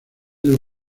del